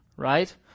Right